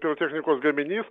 pirotechnikos gaminys